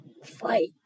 fight